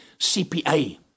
CPA